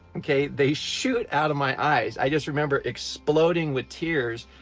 okay, they shoot out of my eyes! i just remember exploding with tears!